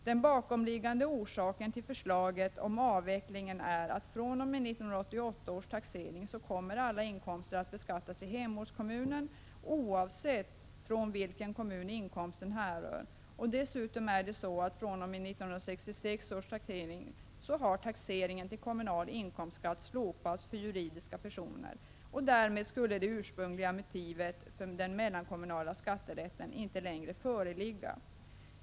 Den bakomliggande orsaken till förslaget om avveckling är att fr.o.m. 1988 års taxering kommer alla inkomster att beskattas i hemortskommunen oavsett från vilken kommun inkomsten härrör, och dessutom är det så att fr.o.m. 1986 års taxering har taxeringen till kommunal inkomstskatt slopats för juridiska personer. Därmed skulle det ursprungliga motivet för den mellankommunala skatterätten inte längre föreligga.